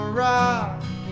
rock